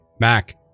Mac